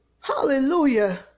Hallelujah